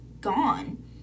gone